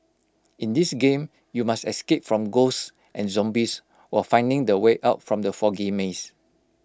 in this game you must escape from ghosts and zombies while finding the way out from the foggy maze